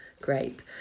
grape